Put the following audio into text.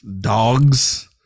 Dogs